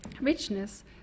richness